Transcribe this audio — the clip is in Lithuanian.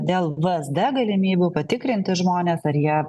dėl vsd galimybių patikrinti žmones ar jie